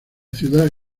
ciudad